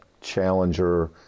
challenger